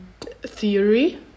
theory